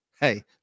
hey